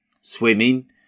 Swimming